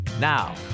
Now